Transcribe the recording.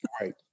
Right